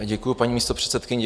Děkuji, paní místopředsedkyně.